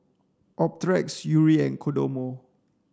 Optrex Yuri and Kodomo